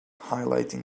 highlighting